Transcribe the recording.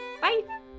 bye